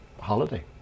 holiday